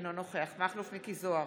אינו נוכח מכלוף מיקי זוהר,